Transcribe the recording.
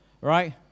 right